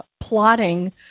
plotting